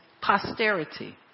posterity